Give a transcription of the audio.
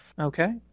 Okay